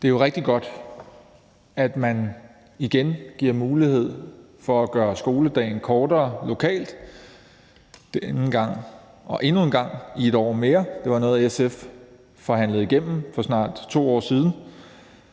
Det er jo rigtig godt, at man igen giver mulighed for at gøre skoledagen kortere lokalt. Det er anden gang, og det sker endnu en gang med 1 år mere. Det var noget, SF forhandlede igennem for snart 2 år siden,